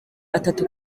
atatu